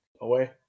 away